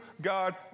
God